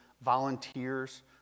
volunteers